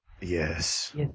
Yes